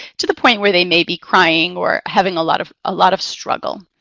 to the point where they may be crying or having a lot of ah lot of struggle.